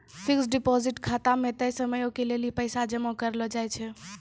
fixed deposit खाता मे तय समयो के लेली पैसा जमा करलो जाय छै